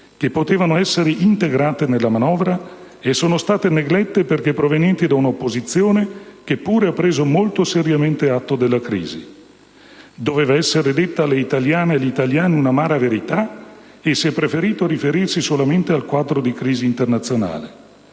che potevano essere integrate nella manovra e sono state neglette perché provenienti da un'opposizione che pure ha preso molto seriamente atto della crisi. Doveva essere detta alle italiane e agli italiani un'amara verità e si è preferito riferirsi solamente al quadro di crisi internazionale.